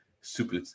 super